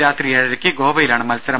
രാത്രി ഏഴരയ്ക്ക് ഗോവയിലാണ് മത്സരം